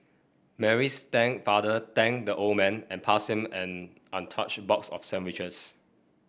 Mary's father thanked the old man and passed him an untouched box of sandwiches